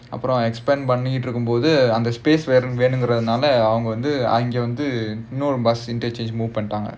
அப்புறம்:appuram expand பண்ணிட்டு இருக்கும் போது அந்த:pannittu irukkum pothu antha space வேனுமிங்குறதுனால இன்னொரு:venumgirathunaala innoru bus interchange move பண்ணிட்டாங்க:pannittaanga